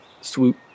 swoop